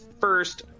first